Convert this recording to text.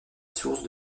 source